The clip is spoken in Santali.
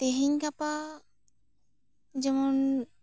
ᱛᱮᱦᱮᱧ ᱜᱟᱯᱟ ᱡᱮᱢᱚᱱ